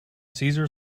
cesar